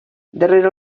darrere